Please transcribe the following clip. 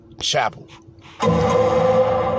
Chapel